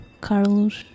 Carlos